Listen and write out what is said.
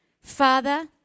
Father